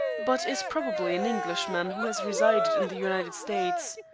but is probably an englishman who has resided in the united states.